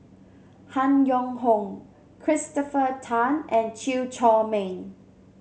Han Yong Hong Christopher Tan and Chew Chor Meng